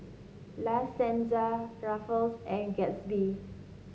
La Senza Ruffles and Gatsby